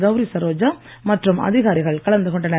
கௌரி சரோஜா மற்றும் அதிகாரிகள் கலந்து கொண்டனர்